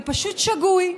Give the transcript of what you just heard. זה פשוט שגוי.